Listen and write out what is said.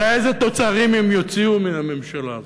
אלא איזה תוצרים הם יוציאו מן הממשלה הזאת.